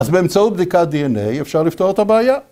‫אז באמצעות בדיקה די.אן.איי ‫אפשר לפתור את הבעיה.